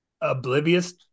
oblivious